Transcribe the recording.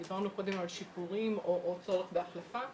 דיברנו קודם על שיפורים או צורך בהחלפה,